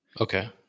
Okay